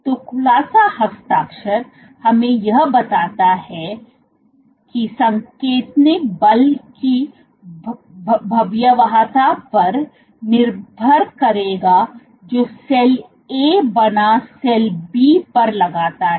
तो खुलासा हस्ताक्षर हमें यह बताता है कि संकेतन बल की भयावहता पर निर्भर करेगा जो सेल A बना सेल B पर लगाता है